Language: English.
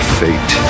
fate